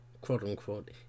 Quote-unquote